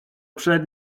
przed